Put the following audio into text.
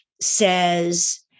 says